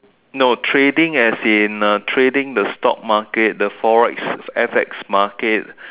no trading as in uh trading the stock market the Forex F_X market